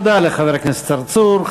תודה לחבר הכנסת צרצור.